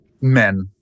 men